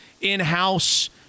in-house